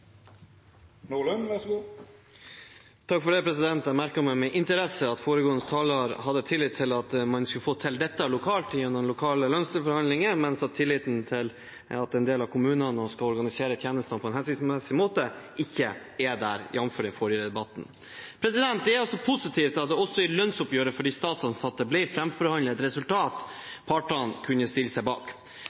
hadde tillit til at man skulle få til dette lokalt gjennom lokale lønnsforhandlinger, mens tilliten til at en del av kommunene skal organisere tjenestene på en hensiktsmessig måte, ikke er der, jamfør den forrige debatten. Det er positivt at det også i lønnsoppgjøret for de statsansatte ble framforhandlet et resultat partene kunne stille seg bak.